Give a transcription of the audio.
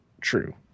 true